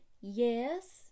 Yes